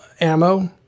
ammo